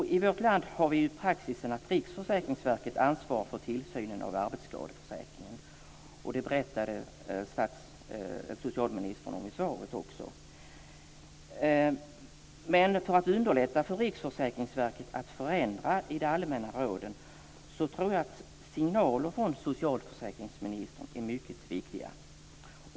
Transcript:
I vårt land har vi den praxis att Riksförsäkringsverket ansvarar för tillsynen när det gäller arbetsskadeförsäkringen, vilket också socialförsäkringsministern också nämnde i svaret. För att underlätta för Riksförsäkringsverket att förändra i de allmänna råden tror jag att signaler från socialförsäkringsministern är mycket viktiga.